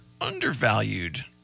undervalued